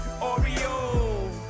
Oreo